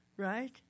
right